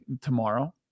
tomorrow